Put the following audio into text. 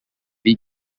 lead